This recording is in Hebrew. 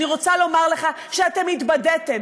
אני רוצה לומר לך שאתם התבדיתם,